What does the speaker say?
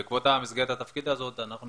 בעקבות המסגרת הזאת אנחנו